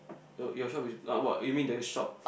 your your shop is ah what you mean the shop